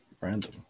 random